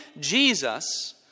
Jesus